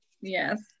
Yes